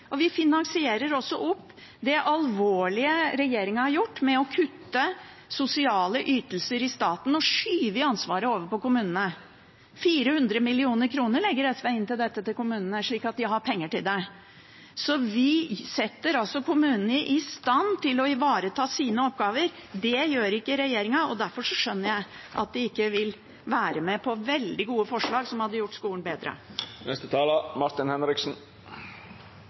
Vi finansierer også opp det alvorlige regjeringen har gjort med å kutte i sosiale ytelser i staten og skyve ansvaret over på kommunene. 400 mill. kr legger SV inn til dette til kommunene, slik at de har penger til det. Vi setter altså kommunene i stand til å ivareta sine oppgaver. Det gjør ikke regjeringen, derfor skjønner jeg at de ikke vil være med på veldig gode forslag som hadde gjort skolen